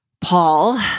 Paul